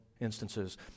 instances